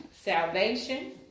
salvation